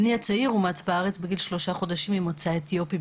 בני הצעיר אומץ בארץ בגיל שלושה חודשים ממוצא אתיופי.